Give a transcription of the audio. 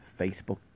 facebook